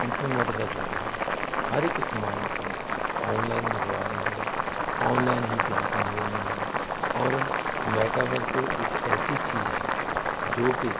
internet ਦਾ ਯੁੱਗ ਹੈ ਹਰ ਇੱਕ ਸਮਾਨ ਅਸੀਂ ਔਨਲਾਈਨ ਮੰਗਵਾ ਰਹੇ ਹਾਂ ਔਨਲਾਈਨ ਹੀ ਪੇਮੈਂਟਾਂ ਹੋ ਰਹੀਆਂ ਹਨ ਔਰ ਮੈਟਾਵਰਸ ਇੱਕ ਐਸੀ ਚੀਜ਼ ਹੈ ਜੋ ਕਿ